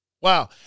Wow